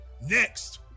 next